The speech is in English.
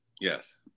Yes